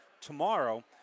tomorrow